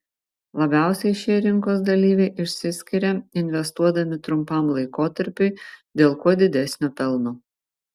labiausiai šie rinkos dalyviai išsiskiria investuodami trumpam laikotarpiui dėl kuo didesnio pelno